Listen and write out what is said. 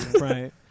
right